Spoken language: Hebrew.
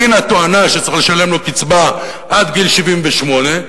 בגין התואנה שצריך לשלם לו קצבה עד גיל 78,